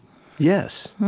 yes.